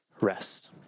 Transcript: rest